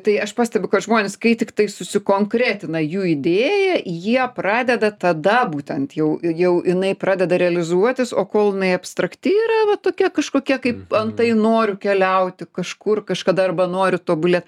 tai aš pastebiu kad žmonės kai tiktai susikonkretina jų idėja jie pradeda tada būtent jau jau jinai pradeda realizuotis o kol jinai abstrakti yra va tokia kažkokia kaip antai noriu keliauti kažkur kažkada arba noriu tobulėt